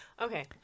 Okay